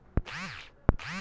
मले कितीक कर्ज भेटन?